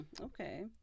okay